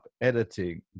editing